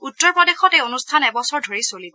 উত্তৰ প্ৰদেশত এই অনুষ্ঠান এবছৰ ধৰি চলিব